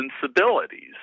sensibilities